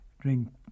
drink